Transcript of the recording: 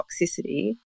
toxicity